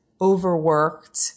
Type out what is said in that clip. overworked